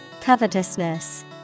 Covetousness